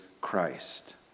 Christ